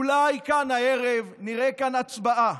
אולי הערב נראה כאן הצבעה